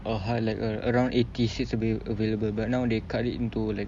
a hall like around eighty seats avail~ available but now they cut it into like